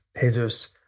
Jesus